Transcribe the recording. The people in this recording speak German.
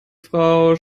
frau